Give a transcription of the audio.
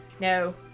No